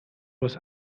was